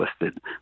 listed